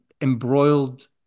embroiled